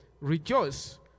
rejoice